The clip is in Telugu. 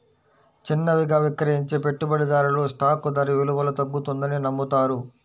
చిన్నవిగా విక్రయించే పెట్టుబడిదారులు స్టాక్ ధర విలువలో తగ్గుతుందని నమ్ముతారు